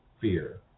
fear